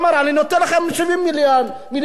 אני נותן לכם 70 מיליון שקל,